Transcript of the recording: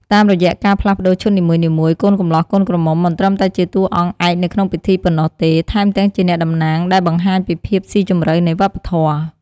តាមរយៈការផ្លាស់ប្ដូរឈុតនីមួយៗ កូនកម្លោះកូនក្រមុំមិនត្រឹមតែជាតួអង្គឯកនៅក្នុងពិធីប៉ុណ្ណោះទេ ថែមទាំងជាអ្នកតំណាងដែលបង្ហាញពីភាពស៊ីជម្រៅនៃវប្បធម៌។